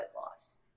loss